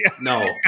no